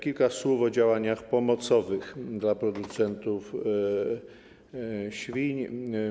Kilka słów o działaniach pomocowych dla producentów świń.